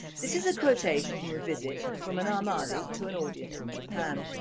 this is a quotation from a visit from an ahmadi to an audience in japan.